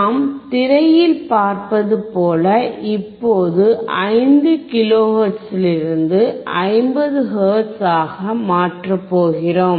நாம் திரையில் பார்த்தது போல இப்போது 5 கிலோஹெர்ட்ஸிலிருந்து 50 ஹெர்ட்ஸ் ஆக மாற்றப் போகிறோம்